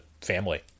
family